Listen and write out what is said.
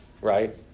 right